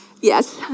Yes